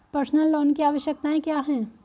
Personal loan की आवश्यकताएं क्या हैं?